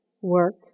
work